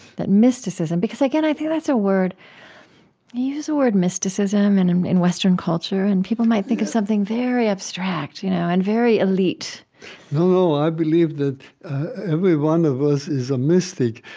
that mysticism because, again, i think that's a word you use the word mysticism and and in western culture, and people might think of something very abstract you know and very elite no, no. i believe that every one of us is a mystic,